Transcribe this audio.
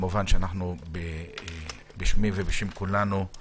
כמובן, בשמי ובשם כולנו אנו